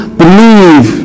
believe